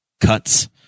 cuts